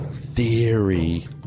theory